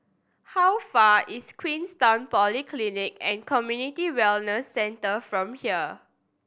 how far is Queenstown Polyclinic and Community Wellness Centre from here